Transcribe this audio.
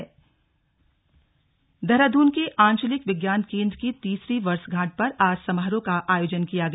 slug विज्ञान भवन समारोह देहराद्रन के आंचलिक विज्ञान केंद्र की तीसरी वर्षगांठ पर आज समारोह का आयोजन किया गया